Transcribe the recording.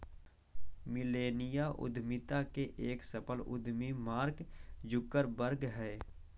millennial उद्यमिता के एक सफल उद्यमी मार्क जुकरबर्ग हैं